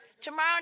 Tomorrow